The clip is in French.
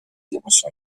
émotions